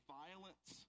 violence